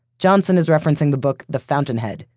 johnson is referencing the book, the fountainhead,